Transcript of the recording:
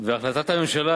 החלטת הממשלה,